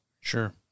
Sure